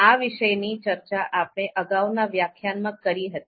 આ વિશેની ચર્ચા આપણે અગાઉના વ્યાખ્યાન માં કરી હતી